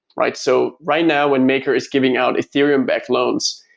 right? so right now when maker is giving out ethereum-backed loans,